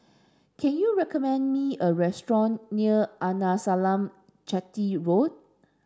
can you recommend me a restaurant near Arnasalam Chetty Road